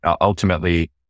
Ultimately